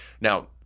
Now